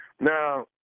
Now